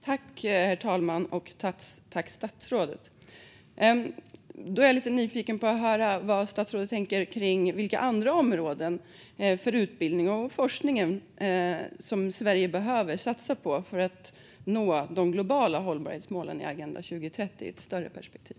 Herr talman! Jag är lite nyfiken på att höra vad statsrådet tänker kring vilka andra områden för utbildning och forskning som Sverige behöver satsa på för att nå de globala hållbarhetsmålen i Agenda 2030 i ett större perspektiv.